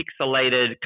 pixelated